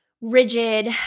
rigid